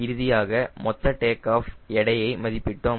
இறுதியாக மொத்த take off எடை ஐ மதிப்பிட்டோம்